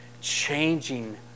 changing